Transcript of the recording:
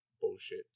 bullshit